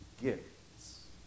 gifts